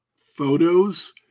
photos